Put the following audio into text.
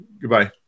Goodbye